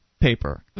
paper